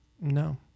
No